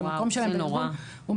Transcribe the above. וואו, זה נורא.